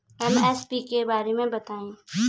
MSP के बारे में बतायें?